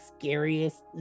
scariest